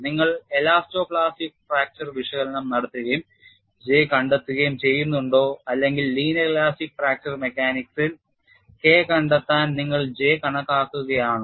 നിങ്ങൾ elasto plastic fracture വിശകലനം നടത്തുകയും J കണ്ടെത്തുകയും ചെയ്യുന്നുണ്ടോ അല്ലെങ്കിൽ ലീനിയർ ഇലാസ്റ്റിക് ഫ്രാക്ചർ മെക്കാനിക്സിൽ K കണ്ടെത്താൻ നിങ്ങൾ J കണക്കാക്കുകയാണോ